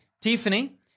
Tiffany